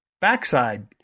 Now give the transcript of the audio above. backside